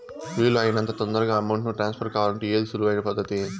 వీలు అయినంత తొందరగా అమౌంట్ ను ట్రాన్స్ఫర్ కావాలంటే ఏది సులువు అయిన పద్దతి